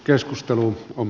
keskustelu on